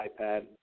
iPad